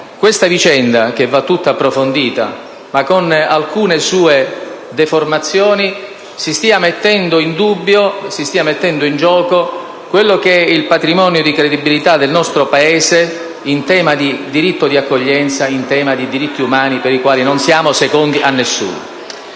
questa vicenda, che va tutta approfondita, e con alcune sue deformazioni si stia mettendo in gioco il patrimonio di credibilità del nostro Paese in tema di diritto di accoglienza e di diritti umani, su cui non siamo secondi a nessuno.